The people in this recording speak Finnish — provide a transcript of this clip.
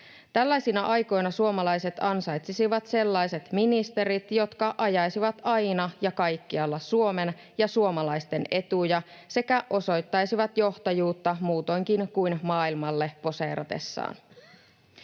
Tällaisina aikoina suomalaiset ansaitsisivat sellaiset ministerit, jotka ajaisivat aina ja kaikkialla Suomen ja suomalaisten etuja sekä osoittaisivat johtajuutta muutoinkin kuin maailmalle poseeratessaan.